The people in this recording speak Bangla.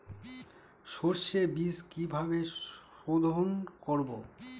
সর্ষে বিজ কিভাবে সোধোন করব?